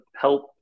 help